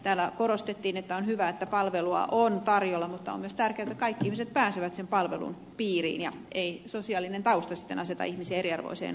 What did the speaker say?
täällä korostettiin että on hyvä että palvelua on tarjolla mutta on myös tärkeätä että kaikki ihmiset pääsevät sen palvelun piiriin ja ettei sosiaalinen tausta sitten aseta ihmisiä eriarvoiseen asemaan